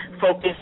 focus